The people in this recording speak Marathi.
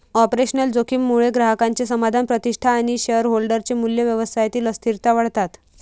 ऑपरेशनल जोखीम मुळे ग्राहकांचे समाधान, प्रतिष्ठा आणि शेअरहोल्डर चे मूल्य, व्यवसायातील अस्थिरता वाढतात